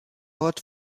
ort